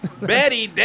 Betty